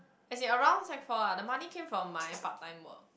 as in around sec four lah the money came from my part time work